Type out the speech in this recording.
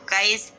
Guys